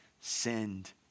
send